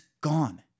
gone